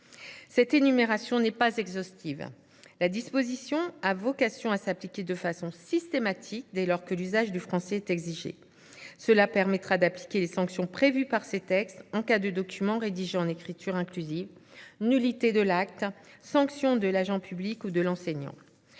Cette énumération n’est pas exhaustive : la disposition a vocation à s’appliquer de façon systématique dès lors que l’usage du français est exigé. Cela permettra d’appliquer les sanctions prévues par ces textes en cas de document rédigé en écriture inclusive : nullité de l’acte, sanction de l’agent public ou de l’enseignant.